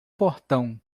portão